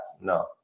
no